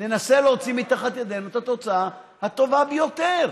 ננסה להוציא מתחת ידינו את התוצאה הטובה ביותר.